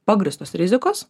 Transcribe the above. pagrįstos rizikos